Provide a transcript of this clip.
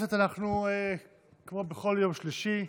חברי הכנסת, כמו בכל יום שלישי,